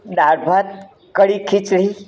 દાળભાત કઢી ખીચડી